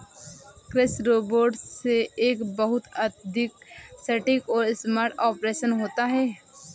कृषि रोबोट से एक बहुत अधिक सटीक और स्मार्ट ऑपरेशन होता है